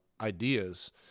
ideas